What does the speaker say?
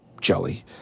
Jelly